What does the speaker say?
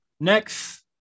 Next